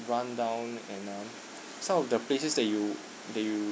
rundown and uh some of the places that you that you